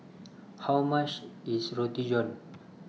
How much IS Roti John